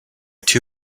too